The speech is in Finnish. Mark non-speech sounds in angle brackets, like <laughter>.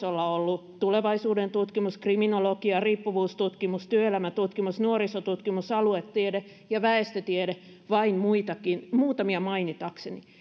<unintelligible> olla tulevaisuuden tutkimus kriminologia riippuvuustutkimus työelämätutkimus nuorisotutkimus aluetiede ja väestötiede vain muutamia mainitakseni <unintelligible>